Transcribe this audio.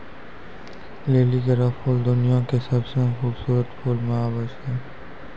लिली केरो फूल दुनिया क सबसें खूबसूरत फूल म आबै छै